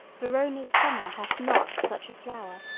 verona's summer hath not such a flower.